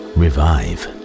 revive